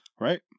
Right